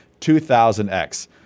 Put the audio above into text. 2000X